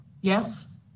Yes